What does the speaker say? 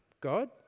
God